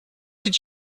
did